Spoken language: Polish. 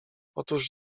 otóż